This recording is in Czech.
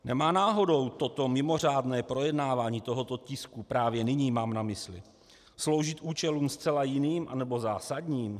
Nemá náhodou toto mimořádné projednávání tohoto tisku právě nyní, mám na mysli, sloužit účelům zcela jiným a nebo zásadním?